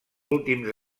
últims